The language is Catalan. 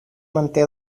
manté